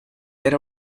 era